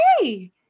hey